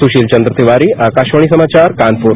सुशील चंद्र तिवारी आकाशवाणी समाचार कानपुर